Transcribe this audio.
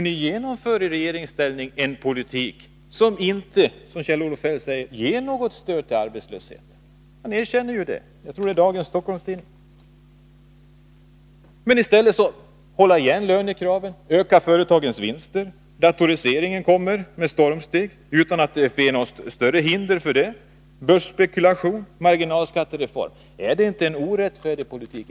Ni genomför i regeringsställning en politik som — det erkänner Kjell-Olof Feldt i dagens nr av Stockholms-Tidningen — inte ger något stöd till avhjälpande av arbetslösheten men som i stället går ut på att hålla igen lönekraven, öka företagens vinster och låta datoriseringen komma med stormsteg utan något större hinder. Börsspekulation och marginalskattereform — är det inte en orättfärdig politik?